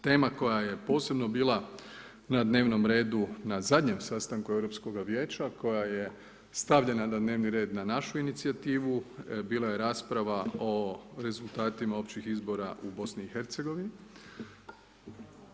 Tema koja je posebno bila na dnevnom redu na zadnjem sastanku Europskoga vijeća koja je stavljena na dnevni red na našu inicijativu bila je rasprava o rezultatima općih izbora u BiH-a.